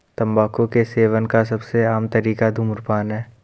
तम्बाकू के सेवन का सबसे आम तरीका धूम्रपान है